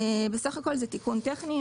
בסך הכול זה תיקון טכני.